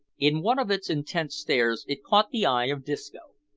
in one of its intent stares it caught the eye of disco.